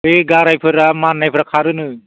बे गारायफोरा मान्नायफोरा खारोनो